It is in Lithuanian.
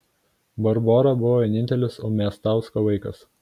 barbora buvo vienintelis umiastausko vaikas